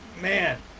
Man